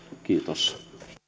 kiitos